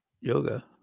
yoga